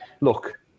look